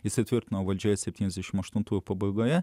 įsitvirtino valdžioje septynisdešimt aštuntųjų pabaigoje